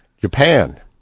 Japan